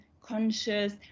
conscious